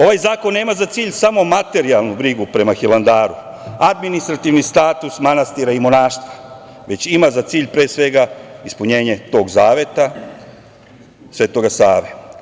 Ovaj zakon nema za cilj samo materijalnu brigu prema Hilandaru, administrativni status manastira i monaštva, već ima za cilj, pre svega, ispunjenje tog zaveta Svetoga Save.